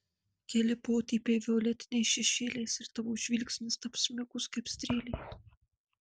keli potėpiai violetiniais šešėliais ir tavo žvilgsnis taps smigus kaip strėlė